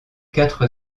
quatre